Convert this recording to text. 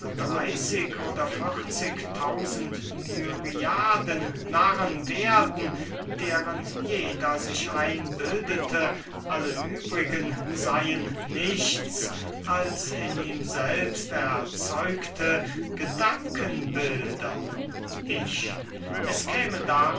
dreyßig oder vierzig tausend myriaden narren werden deren jeder sich einbildete alle übrigen seyen nichts als in ihm selbst erzeugte gedankenbilder ich es käme